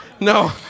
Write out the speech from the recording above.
No